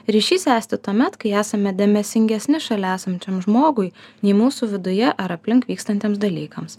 ryšys esti tuomet kai esame dėmesingesni šalia esančiam žmogui nei mūsų viduje ar aplink vykstantiems dalykams